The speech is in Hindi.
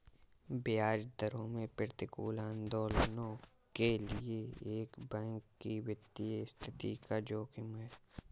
ब्याज दरों में प्रतिकूल आंदोलनों के लिए एक बैंक की वित्तीय स्थिति का जोखिम है